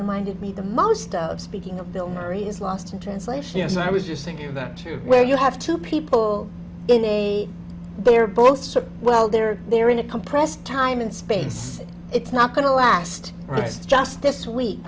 reminded me the most of speaking of bill murray is lost in translation yes i was just thinking about two where you have two people in a they're both so well they're they're in a compressed time in space it's not going to last rites just this week